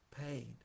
paid